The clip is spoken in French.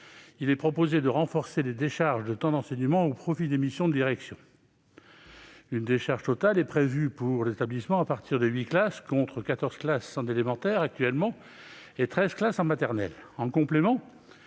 il est proposé de renforcer les décharges de temps d'enseignement au profit des missions de direction. Une décharge totale est prévue pour les établissements à partir de huit classes, contre, actuellement, quatorze classes en élémentaire et treize en maternelle. En complément,